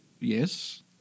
Yes